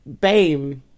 BAME